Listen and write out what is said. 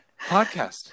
podcast